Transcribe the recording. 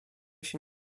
się